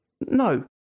No